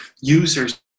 users